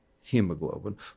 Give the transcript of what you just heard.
hemoglobin